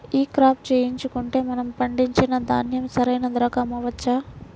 ఈ క్రాప చేయించుకుంటే మనము పండించిన ధాన్యం సరైన ధరకు అమ్మవచ్చా?